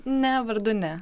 ne vardu ne